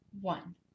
One